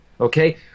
Okay